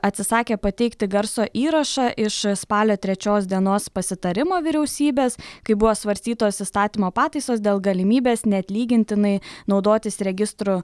atsisakė pateikti garso įrašą iš spalio trečios dienos pasitarimo vyriausybės kai buvo svarstytos įstatymo pataisos dėl galimybės neatlygintinai naudotis registrų